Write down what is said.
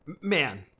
Man